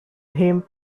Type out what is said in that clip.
him